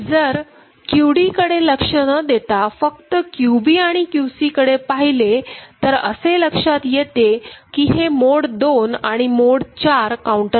जर QD कडे लक्ष न देता फक्त QB आणि QC कडे पहिले तर असे लक्षात येते कि हे मोड २ आणि मोड ४ काउंटर आहेत